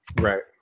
Right